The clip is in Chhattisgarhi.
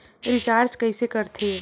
रिचार्ज कइसे कर थे?